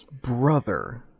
brother